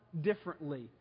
differently